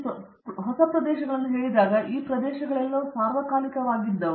ನಿರ್ಮಲ ಆದ್ದರಿಂದ ಮತ್ತೆ ನಾನು ಹೊಸ ಪ್ರದೇಶಗಳನ್ನು ಹೇಳಿದಾಗ ಈ ಪ್ರದೇಶಗಳೆಲ್ಲವೂ ಸಾರ್ವಕಾಲಿಕವಾಗಿದ್ದವು